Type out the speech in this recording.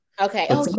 Okay